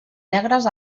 negres